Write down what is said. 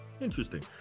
Interesting